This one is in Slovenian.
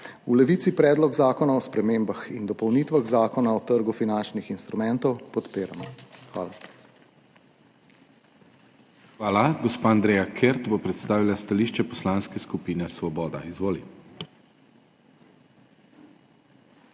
V Levici Predlog zakona o spremembah in dopolnitvah Zakona o trgu finančnih instrumentov podpiramo. Hvala. **PODPREDSEDNIK DANIJEL KRIVEC:** Hvala. Gospa Andreja Kert bo predstavila stališče Poslanske skupine Svoboda. Izvoli.